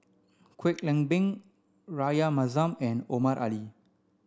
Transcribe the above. Kwek Leng Beng Rahayu Mahzam and Omar Ali